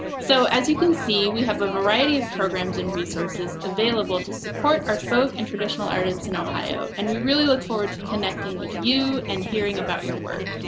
so as you can see, we have a variety of programs and resources available to support our folk and traditional artists in ohio, and we really look forward to connecting with you and hearing about your work.